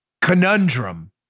conundrum